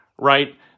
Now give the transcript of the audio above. right